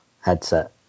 headset